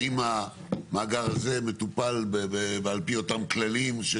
האם המאגר הזה מטופל על פי אותם כללים?